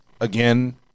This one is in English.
again